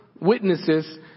witnesses